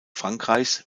frankreichs